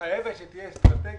חייבת להיות אסטרטגיה,